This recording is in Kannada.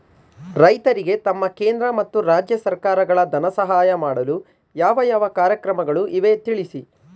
ರೈತರಿಗೆ ನಮ್ಮ ಕೇಂದ್ರ ಮತ್ತು ರಾಜ್ಯ ಸರ್ಕಾರಗಳು ಧನ ಸಹಾಯ ಮಾಡಲು ಯಾವ ಯಾವ ಕಾರ್ಯಕ್ರಮಗಳು ಇವೆ ತಿಳಿಸಿ?